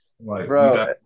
Bro